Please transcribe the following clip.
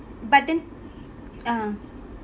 but then ah